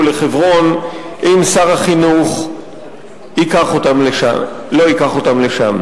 לחברון אם שר החינוך לא ייקח אותם לשם.